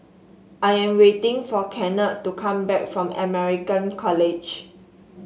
I am waiting for Kennard to come back from American College